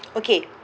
okay